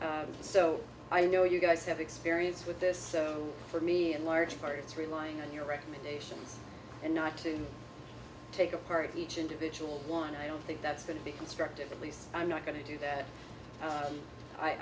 say so i know you guys have experience with this so for me in large part it's relying on your recommendations and not to take apart each individual one i don't think that's going to be constructive at least i'm not going to do that